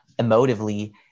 emotively